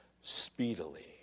speedily